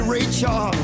Rachel